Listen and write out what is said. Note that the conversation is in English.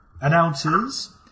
announces